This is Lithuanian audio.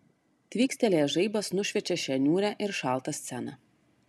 tvykstelėjęs žaibas nušviečia šią niūrią ir šaltą sceną